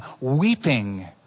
weeping